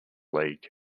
league